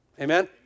Amen